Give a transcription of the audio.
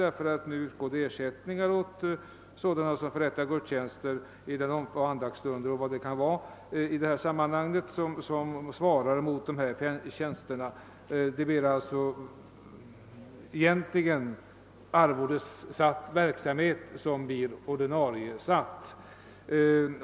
Nu utgår nämligen ersättning till personer som förrättar gudstjänster, andakter o.s.v. Det är alltså egentligen fråga om att arvodesatt verksamhet skulle bli ordinariesatt.